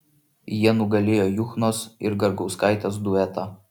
jie nugalėjo juchnos ir garkauskaitės duetą